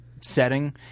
setting